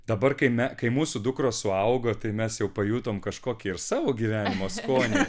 dabar kai me kai mūsų dukros suaugo tai mes jau pajutom kažkokį ir savo gyvenimo skonį